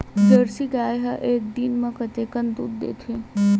Jersey गाय ह एक दिन म कतेकन दूध देथे?